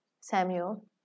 Samuel